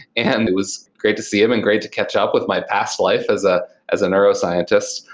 and it was great to see him and great to catch up with my past life as ah as a neuroscientist.